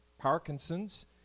Parkinson's